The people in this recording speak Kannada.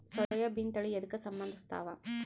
ಸೋಯಾಬಿನ ತಳಿ ಎದಕ ಸಂಭಂದಸತ್ತಾವ?